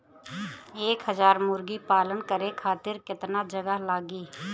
एक हज़ार मुर्गी पालन करे खातिर केतना जगह लागी?